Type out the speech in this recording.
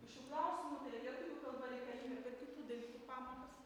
iš šių klausimų tai ar lietuvių kalba reikalinga per kitų dalykų pamokas